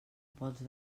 pols